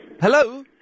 Hello